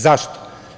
Zašto.